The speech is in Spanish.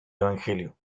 evangelio